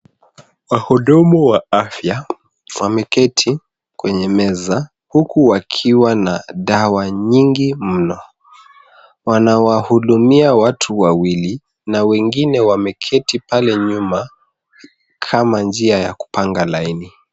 Wahudumu wa afya wameketi kwenye meza huku wakiwa na dawa nyingi mno. Wanawahudumia watu wawili na wengine wameketi pale nyuma kama njia ya kupanga laini.